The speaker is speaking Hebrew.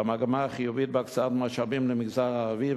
למגמה החיובית בהקצאת משאבים למגזר הערבי,